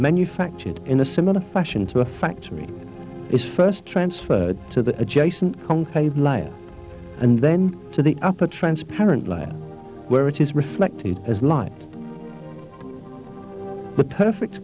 manufactured in a similar fashion to a factory is first transferred to the adjacent and then to the upper transparent lie where it is reflected as light the perfect